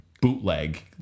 bootleg